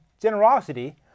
generosity